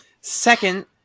Second